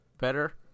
better